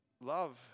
Love